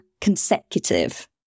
consecutive